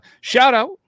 shout-out